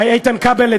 איתן כבל,